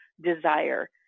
desire